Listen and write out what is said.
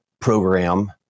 program